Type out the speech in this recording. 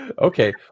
Okay